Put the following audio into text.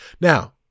now